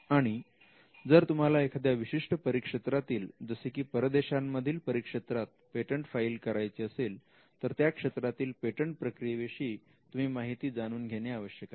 आणि जर तुम्हाला एखाद्या विशिष्ट परिक्षेत्रातील जसे की परदेशां मधील परिक्षेत्रात पेटंट फाईल करायचे असेल तर त्या क्षेत्रातील पेटंट प्रक्रियेविषयी तुम्ही माहिती जाणून घेणे आवश्यक आहे